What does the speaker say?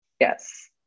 yes